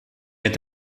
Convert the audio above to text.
mit